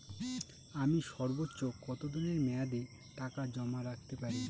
আমি সর্বোচ্চ কতদিনের মেয়াদে টাকা জমা রাখতে পারি?